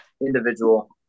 individual